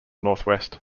northwest